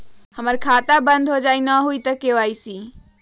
हमर खाता बंद होजाई न हुई त के.वाई.सी?